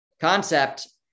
concept